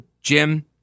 Jim